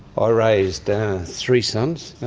ah raised three sons,